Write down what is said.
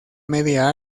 media